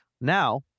Now